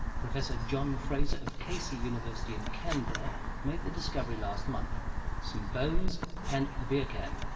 professor john frazer of casey university in canberra made the discovery last month some bones and a beer can.